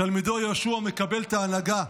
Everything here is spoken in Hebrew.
תלמידו יהושע מקבל את ההנהגה.